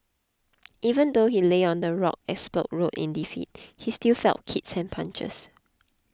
even though he lay on the rough asphalt road in defeat he still felt kicks and punches